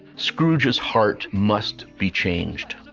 scrooge's heart must be changed.